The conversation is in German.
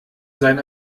sein